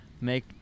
Make